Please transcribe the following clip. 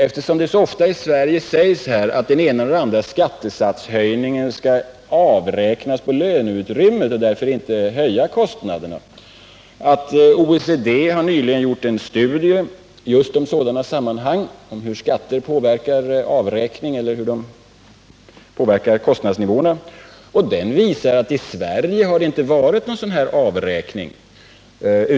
Eftersom det så ofta i Sverige sägs att den ena eller andra skattesatshöjningen skall avräknas på löneutrymmet och därför inte höja kostnaderna, vill jag påminna om att OECD nyligen har gjort en studie just om sådana sammanhang — om hur skatter påverkar kostnadsnivåerna. Den visar att det i Sverige inte har varit någon sådan avräkning.